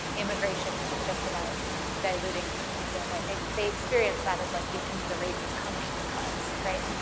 immigration isn't just about diluting some ideal, right. they so they experience that as like the end of the race is coming because, right,